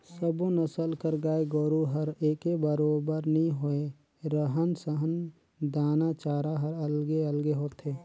सब्बो नसल कर गाय गोरु हर एके बरोबर नी होय, रहन सहन, दाना चारा हर अलगे अलगे होथे